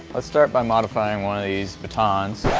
let's start by modifying one of these batons.